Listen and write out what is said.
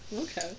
Okay